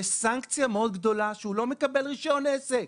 יש סנקציה מאוד גדולה והוא לא מקבל רישיון עסק.